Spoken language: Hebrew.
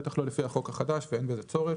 בטח לא לפי החוק החדש ואין בזה צורך.